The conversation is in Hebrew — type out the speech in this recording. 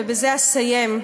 ובזה אסיים.